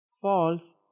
false